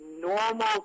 normal